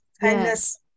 Kindness